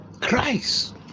Christ